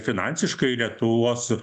finansiškai lietuvos